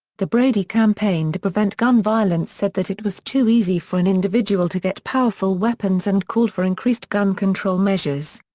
the brady campaign to prevent gun violence said that it was too easy for an individual to get powerful weapons and called for increased gun control measures.